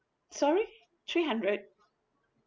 sorry three hundred